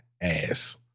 ass